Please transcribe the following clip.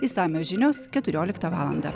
išsamios žinios keturioliktą valandą